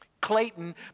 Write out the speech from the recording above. Clayton